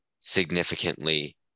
significantly